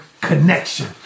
connection